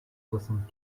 soixante